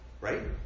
right